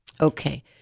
Okay